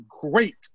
great